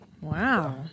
Wow